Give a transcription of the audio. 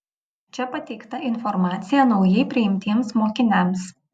čia pateikta informacija naujai priimtiems mokiniams